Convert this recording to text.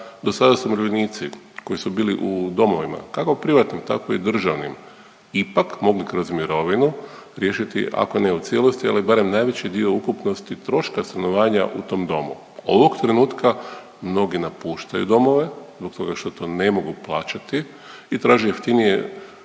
dosadašnji umirovljenici koji su bili u domovima kako privatnim tako i državnim ipak mogu kroz mirovinu riješiti ako ne u cijelosti, ali barem najveći dio ukupnosti troška stanovanja u tom domu. Ovog trenutka mnogi napuštaju domove zbog toga što to ne mogu plaćati i traže jeftinije